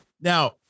now